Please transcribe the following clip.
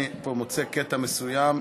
אני מוצא קטע מסוים,